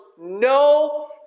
no